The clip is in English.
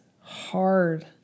hard